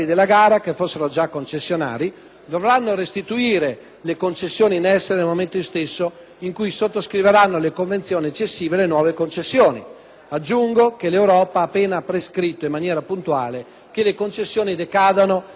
dovranno "restituire" le concessioni in essere nel momento stesso in cui sottoscriveranno le convenzioni accessive alle nuove concessioni. Aggiungo che l'Europa ha appena prescritto in maniera puntuale che le concessioni decadano entro il 31 gennaio 2009,